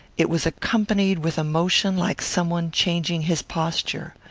it was accompanied with a motion like some one changing his posture.